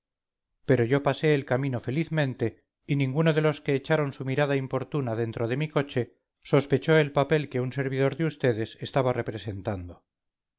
pero yo pasé el camino felizmente y ninguno de los que echaron su mirada importuna dentro de mi coche sospechó el papel que un servidor de ustedes estaba representando